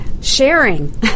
sharing